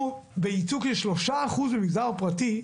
אנחנו בייצוג יש שלושה אחוז במגזר הפרטי,